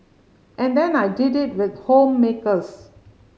and then I did it with homemakers